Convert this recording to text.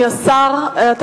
אדוני השר, אני מודה לך.